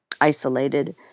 isolated